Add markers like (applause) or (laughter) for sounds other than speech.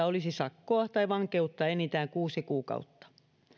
(unintelligible) olisi sakkoa tai vankeutta enintään kuusi kuukautta